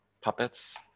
puppets